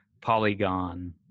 Polygon